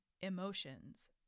emotions